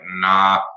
nah